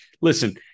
Listen